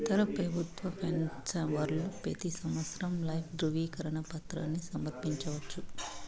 ఇతర పెబుత్వ పెన్సవర్లు పెతీ సంవత్సరం లైఫ్ దృవీకరన పత్రాని సమర్పించవచ్చు